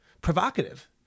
provocative